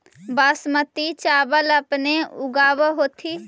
बासमती चाबल अपने ऊगाब होथिं?